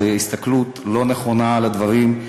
זו הסתכלות לא נכונה על הדברים.